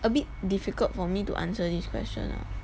a bit difficult for me to answer this question lah